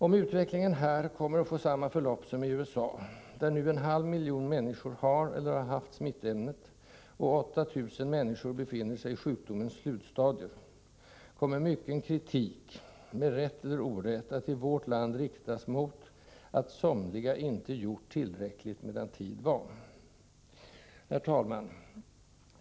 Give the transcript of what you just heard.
Om utvecklingen här kommer att få samma förlopp som i USA — där nu en halv miljon människor har eller har haft smittämnet och 8 000 människor befinner sig i sjukdomens slutstadier — kommer i vårt land mycken kritik att, med rätt eller orätt, riktas mot att somliga inte gjort tillräckligt medan tid var. Herr talman!